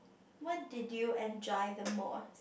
what did you enjoy the most